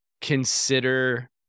consider